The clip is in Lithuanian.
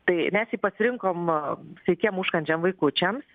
tai mes jį pasirinkom sveikiem užkandžiam vaikučiams